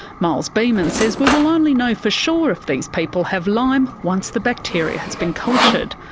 miles beaman says we will only know for sure if these people have lyme once the bacteria has been cultured.